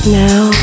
now